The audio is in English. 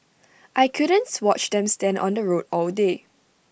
I couldn't watch them stand on the road all day